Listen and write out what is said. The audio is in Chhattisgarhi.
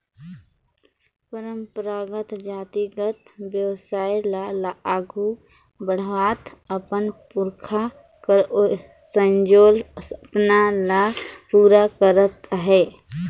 परंपरागत जातिगत बेवसाय ल आघु बढ़ावत अपन पुरखा कर संजोल सपना ल पूरा करत अहे